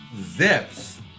Zips